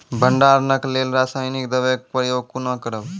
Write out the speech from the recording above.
भंडारणक लेल रासायनिक दवेक प्रयोग कुना करव?